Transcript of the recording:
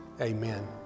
amen